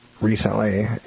recently